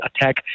attack